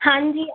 हाँ जी